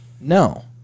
No